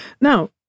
Now